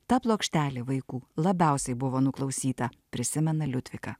ta plokštelė vaikų labiausiai buvo nuklausyta prisimena liudvika